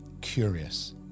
curious